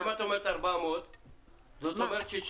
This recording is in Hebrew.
אם את אומרת 400,000, זאת אומרת שיש